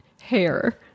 hair